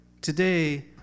Today